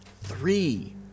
three